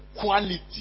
quality